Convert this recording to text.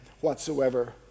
whatsoever